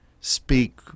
speak